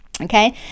Okay